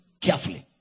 carefully